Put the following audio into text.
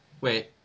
Wait